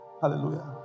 hallelujah